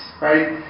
right